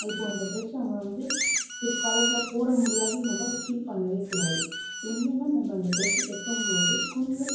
இப்போ அந்த ட்ரெஸ் நம்ம வந்து பிற்காலத்தில் போடமுடியாதுன்னு நம்ம ஃபீல் பண்ணவேகூடாது இன்னமும் நம்ம அந்த ட்ரெஸ் தைக்கும்போது கொஞ்சம்